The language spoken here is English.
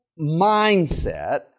mindset